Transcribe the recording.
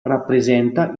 rappresenta